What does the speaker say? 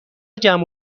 جمع